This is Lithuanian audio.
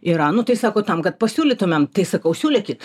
yra nu tai sako tam kad pasiūlytumėm tai sakau siūlykit